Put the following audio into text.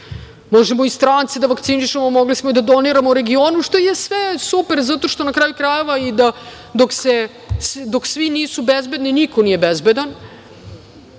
možemo i strance da vakcinišemo, mogli smo i da doniramo regionu, što je sve super, zato što na kraju krajeva i dok svi nisu bezbedni niko nije bezbedan,